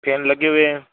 फेन लगे हुए हैं